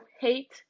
hate